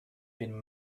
been